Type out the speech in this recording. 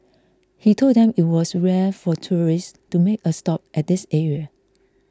he told them it was rare for tourists to make a stop at this area